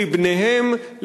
לבניהם,